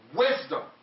wisdom